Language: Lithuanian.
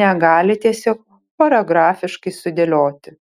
negali tiesiog choreografiškai sudėlioti